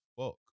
fuck